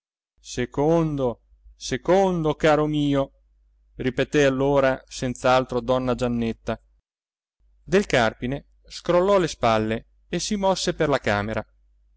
secondo secondo caro mio ripeté allora senz'altro donna giannetta del carpine scrollò le spalle e si mosse per la camera